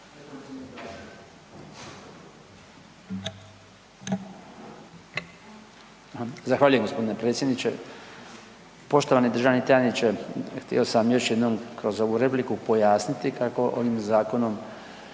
Zahvaljujem gospodine predsjedniče. Poštovani državni tajniče, htio sam još jednom kroz ovu repliku pojasniti kako ovim zakonom